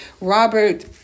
Robert